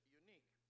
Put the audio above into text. unique